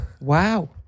Wow